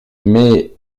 mais